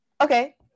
Okay